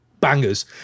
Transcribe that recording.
bangers